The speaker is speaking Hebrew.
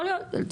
יכול להיות,